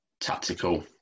tactical